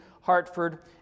Hartford